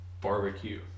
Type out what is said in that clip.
barbecue